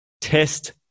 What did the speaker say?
test